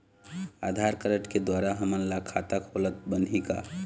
आधार card के द्वारा हमन ला खाता खोलत बनही का?